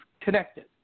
connected